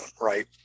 Right